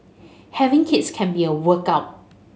having kids can be a workout